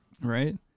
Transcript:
Right